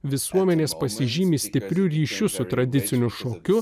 visuomenės pasižymi stipriu ryšiu su tradiciniu šokiu